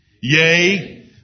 Yea